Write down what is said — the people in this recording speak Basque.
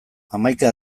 hamaika